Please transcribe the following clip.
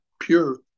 pure